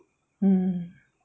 mm